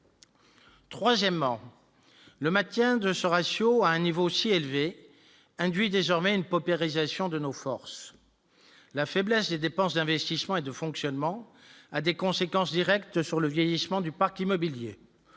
Troisièmement, le maintien de ce ratio à un niveau aussi élevé induit désormais une paupérisation de nos forces, la faiblesse des dépenses d'investissement et de fonctionnement, a des conséquences directes sur le vieillissement du parc immobilier,